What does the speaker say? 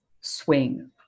swing